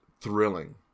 thrilling